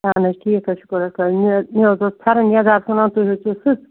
اَہَن حظ ٹھیٖک حظ چھُ شُکُر اللہ تعالی مےٚ حظ اوس پھٮ۪رن یَزار سُوٕناوُن تُہۍ ؤنِو تُہۍ چھِوا سٕژ